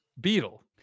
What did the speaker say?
beetle